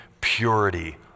purity